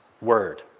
word